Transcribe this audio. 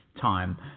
time